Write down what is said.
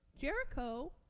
Jericho